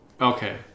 Okay